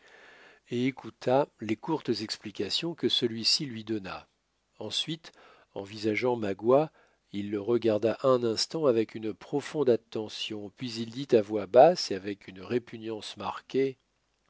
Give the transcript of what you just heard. et écouta les courtes explications que celui-ci lui donna ensuite envisageant magua il le regarda un instant avec une profonde attention puis il dit à voix basse et avec une répugnance marquée